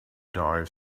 dive